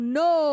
no